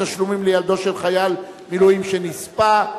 תשלומים לילדו של חייל מילואים שנספה),